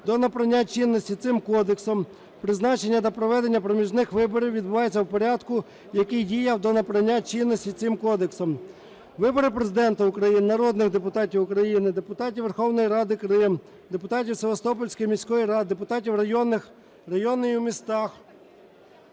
до набрання чинності цим Кодексом, призначення та проведення проміжних виборів відбувається у порядку, який діяв до набрання чинності цим Кодексом. Вибори Президента України, народних депутатів України, депутатів Верховної Ради Крим, депутатів Севастопольської міської ради, депутатів районних, районних у містах,